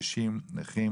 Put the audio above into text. קשישים נכים,